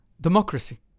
democracy